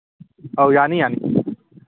ꯑꯧ ꯌꯥꯅꯤ ꯌꯥꯅꯤ